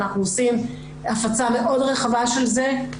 אנחנו עושים הפצה מאוד רחבה של זה,